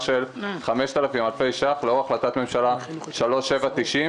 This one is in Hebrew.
של 5,000 אלפי ש"ח לאור החלטת ממשלה מס' 3790,